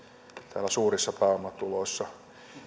täällä suurissa pääomatuloissa